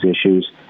issues